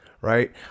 Right